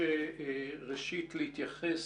ראשית להתייחס,